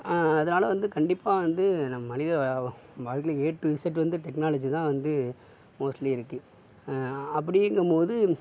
அதனால் வந்து கண்டிப்பாக வந்து நம் மனித வாழ்க்கையில ஏ டு இசட் வந்து டெக்னாலஜி தான் வந்து மோஸ்ட்லி இருக்குது அப்படினம்போது